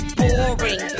boring